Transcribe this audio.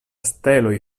steloj